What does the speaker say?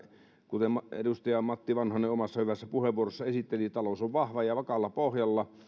kuten edustaja matti vanhanen omassa hyvässä puheenvuorossaan esitteli talous on vahva ja vakaalla pohjalla ja